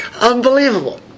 Unbelievable